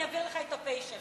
אני אעביר לך את ה"פ" שלה.